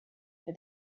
for